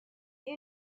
you